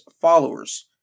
followers